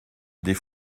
des